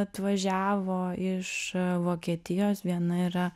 atvažiavo iš vokietijos viena yra